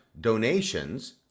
donations